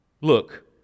Look